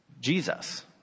Jesus